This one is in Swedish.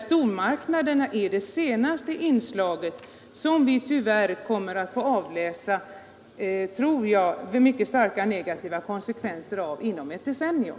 Stormarknaderna är här det senaste inslaget, som vi tyvärr, tror jag, kommer att få avläsa mycket starka negativa konsekvenser av inom ett decennium.